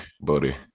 buddy